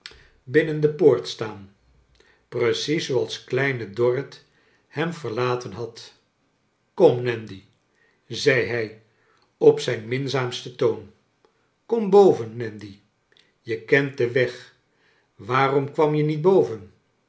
binnen de poort staan precies zooals kleine dorrit hem verlaten had kom nandy zei hij op zijn miiizaamsten toon kom boven nandy je kent den weg waarom kwam je niet boven